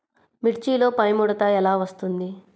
మిర్చిలో పైముడత ఎలా వస్తుంది?